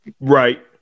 right